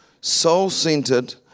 soul-centered